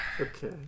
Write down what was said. okay